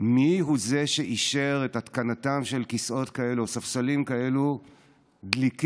מיהו זה שאישר את התקנתם של כיסאות כאלה או ספסלים כאלה דליקים,